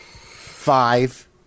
five